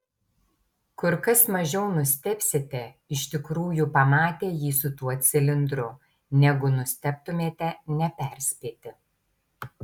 kur kas mažiau nustebsite iš tikrųjų pamatę jį su tuo cilindru negu nustebtumėte neperspėti